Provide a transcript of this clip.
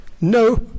no